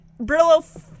Brillo